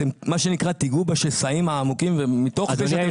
אתם תיגעו בשסעים העמוקים ומתוך זה שאתם